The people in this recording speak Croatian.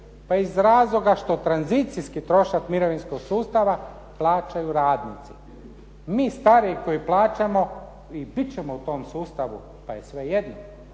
Pa iz razloga što tranzicijski trošak mirovinskog sustava plaćaju radnici. Mi stari koji plaćamo i bit ćemo u tom sustavu pa je svejedno,